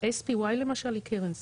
SPY למשל היא קרן סל.